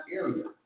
area